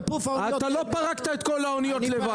אתה לא פרקת את כל האניות לבד.